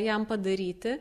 jam padaryti